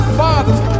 fathers